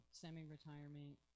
semi-retirement